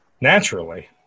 Naturally